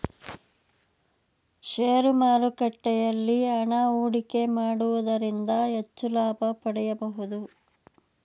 share ಮಾರುಕಟ್ಟೆಯಲ್ಲಿ ಹಣ ಹೂಡಿಕೆ ಮಾಡುವುದರಿಂದ ಹೆಚ್ಚು ಲಾಭ ಪಡೆಯಬಹುದು